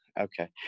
Okay